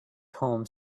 home